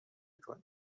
کنید